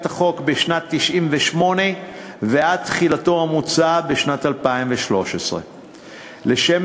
החוק בשנת 1998 ועד תחילתו המוצעת בשנת 2013. לשם